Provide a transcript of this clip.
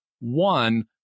One